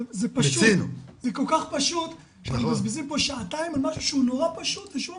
זה כל כך פשוט שמבזבזים פה שעתיים על משהו שהוא נורא פשוט ושוב אמרתי,